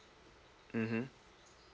mmhmm